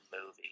movie